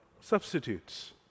substitutes